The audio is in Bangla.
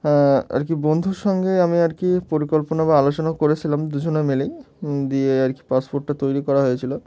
হ্যাঁ আর কি বন্ধুর সঙ্গে আমি আর কি পরিকল্পনা বা আলোচনা করেছিলাম দুজনে মেলেই দিয়ে আর কি পাসপোর্টটা তৈরি করা হয়েছিলো